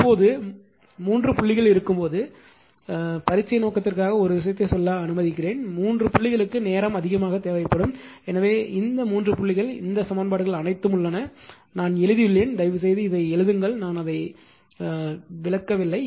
இப்போது இது 3 புள்ளிகள் இருக்கும்போது பரீட்சை நோக்கத்திற்காக ஒரு விஷயத்தைச் சொல்ல அனுமதிக்கிறேன் 3 புள்ளிகளுக்கு நேரம் அதிகமாக தேவைப்படும் எனவே இந்த 3 புள்ளிகள் இந்த சமன்பாடுகள் அனைத்தும் உள்ளன நான் எழுதியுள்ளேன் தயவுசெய்து இதை எழுதுங்கள் நான் அதை விளக்கவில்லை